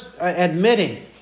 admitting